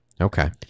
Okay